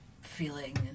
feeling